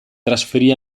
trasferì